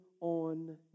on